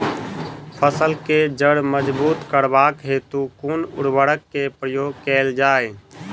फसल केँ जड़ मजबूत करबाक हेतु कुन उर्वरक केँ प्रयोग कैल जाय?